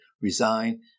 resign